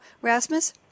Rasmus